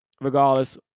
regardless